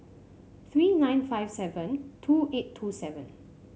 three nine five seven two eight two seven